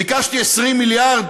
ביקשתי 20 מיליארד,